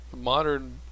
modern